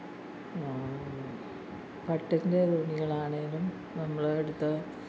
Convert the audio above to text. പട്ടിൻ്റെ തുണികൾ ആണെങ്കിലും നമ്മൾ എടുത്ത്